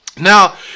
Now